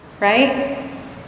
Right